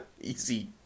easy